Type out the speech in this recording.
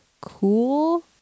cool